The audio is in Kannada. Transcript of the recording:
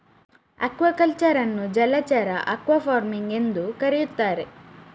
ಅಕ್ವಾಕಲ್ಚರ್ ಅನ್ನು ಜಲಚರ ಅಕ್ವಾಫಾರ್ಮಿಂಗ್ ಎಂದೂ ಕರೆಯುತ್ತಾರೆ